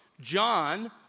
John